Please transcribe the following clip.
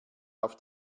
auf